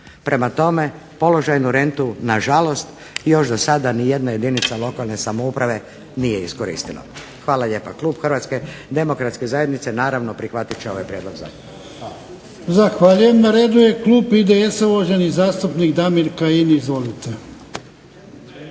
Prema tome, položajnu rentu nažalost još dosada nijedna jedinica lokalne samouprave nije iskoristila. Hvala lijepa. Klub HDZ-a naravno prihvatit će ovaj prijedlog zakona. **Jarnjak, Ivan (HDZ)** Zahvaljujem. Na redu je klub IDS-a, uvaženi zastupnik Damir Kajin. Izvolite.